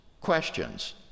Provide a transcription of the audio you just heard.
questions